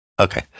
Okay